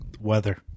Weather